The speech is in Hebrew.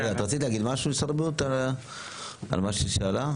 רצית להגיד משהו משרד הבריאות על מה שהיא שאלה?